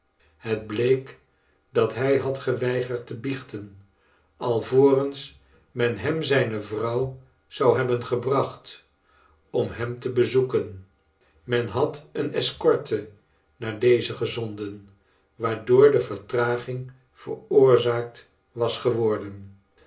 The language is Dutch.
het bleek dat hij had geweigerd te biechten alvorens men hem zijne vrouw zou hebben gebracht om hem te bezoeken men had een escorte naar deze gezonden waardoor de vertraging veroorzaakt was geworden